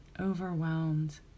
overwhelmed